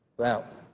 well.